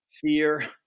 fear